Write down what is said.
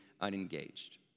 unengaged